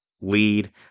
lead